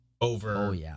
over